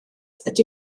ydy